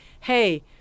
hey